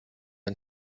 ein